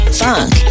funk